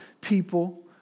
people